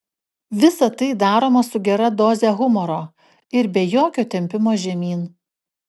visa tai daroma su gera doze humoro ir be jokio tempimo žemyn